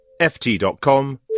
ft.com